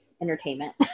entertainment